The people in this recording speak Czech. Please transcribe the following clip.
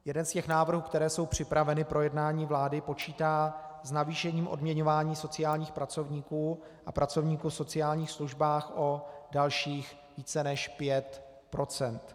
Jeden z návrhů, které jsou připraveny pro jednání vlády, počítá s navýšením odměňování sociálních pracovníků a pracovníků v sociálních službách o dalších více než 5 %.